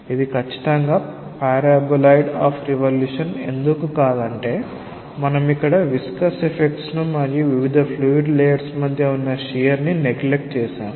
ఇది ఖచ్చితంగా paraboloid of revolution ఎందుకు కాదంటే మనం ఇక్కడ విస్కస్ ఎఫ్ఫెక్ట్స్ ను మరియు వివిధ ఫ్లూయిడ్ లేయర్స్ మధ్య ఉన్న షియర్ ని నెగ్లెక్ట్ చేశాం